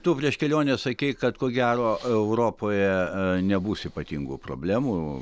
tu prieš kelionę sakei kad ko gero europoje e nebus ypatingų problemų